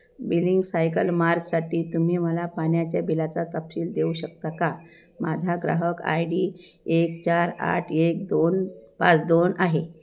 billing cycle मार्ससाठी तुम्ही मला पाण्याच्या बिलाचा तपशील देऊ शकता का माझा ग्राहक आय डी एक चार आठ एक दोन पाच दोन आहे